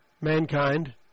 mankind